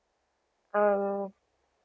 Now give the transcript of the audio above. um